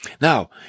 Now